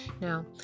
Now